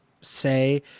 say